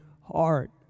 heart